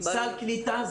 סל קליטה,